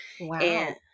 Wow